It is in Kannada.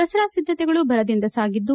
ದಸರಾ ಸಿದ್ಧತೆಗಳು ಬರದಿಂದ ಸಾಗಿದ್ದು